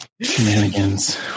Shenanigans